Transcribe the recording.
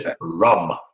rum